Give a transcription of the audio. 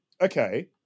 Okay